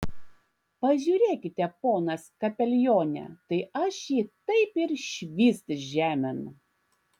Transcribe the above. pažiūrėkite ponas kapelione tai aš jį taip ir švyst žemėn